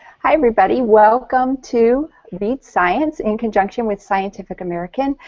hi everybody. welcome to read science in conjunction with scientific american.